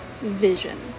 vision